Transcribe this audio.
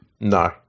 No